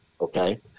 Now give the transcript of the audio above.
Okay